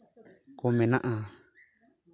ᱠᱚ ᱢᱮᱱᱟᱜᱼᱟ